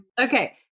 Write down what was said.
Okay